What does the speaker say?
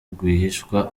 rwihishwa